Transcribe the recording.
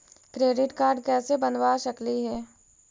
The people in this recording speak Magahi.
क्रेडिट कार्ड कैसे बनबा सकली हे?